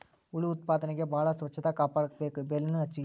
ಹುಳು ಉತ್ಪಾದನೆಗೆ ಬಾಳ ಸ್ವಚ್ಚತಾ ಕಾಪಾಡಬೇಕ, ಬೆಲಿನು ಹೆಚಗಿ